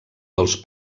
dels